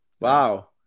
wow